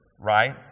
right